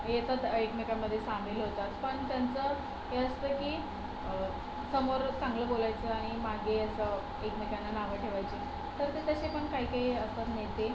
येतात एकमेकांमध्ये सामील होतात पण त्यांचं हे असतं की समोर चांगलं बोलायचं आणि मागे असं एकमेकांना नावं ठेवायची तर तसे पण काही काही असतात नेते